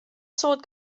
soad